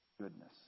Goodness